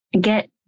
get